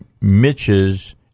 Mitch's